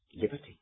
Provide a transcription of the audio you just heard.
liberty